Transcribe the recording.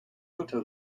koto